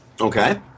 Okay